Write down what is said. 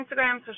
Instagram